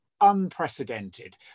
unprecedented